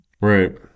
Right